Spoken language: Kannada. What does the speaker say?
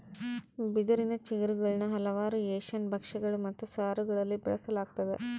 ಬಿದಿರಿನ ಚಿಗುರುಗುಳ್ನ ಹಲವಾರು ಏಷ್ಯನ್ ಭಕ್ಷ್ಯಗಳು ಮತ್ತು ಸಾರುಗಳಲ್ಲಿ ಬಳಸಲಾಗ್ತದ